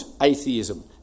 atheism